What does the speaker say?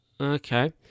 Okay